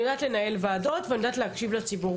אני יודעת לנהל ועדות ואני יודעת להקשיב לציבור.